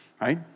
Right